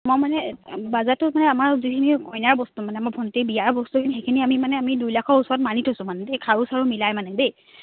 মই মানে টো মানে আমাৰ যিখিনি কইনাৰ বস্তু মানে আমাৰ ভণ্টিৰ বিয়াৰ বস্তুখিনি সেইখিনি আমি মানে আমি দুই লাখৰ ওচৰত মাৰি থৈছোঁ মানে দেই খাৰু চাৰু মিলাই মানে দেই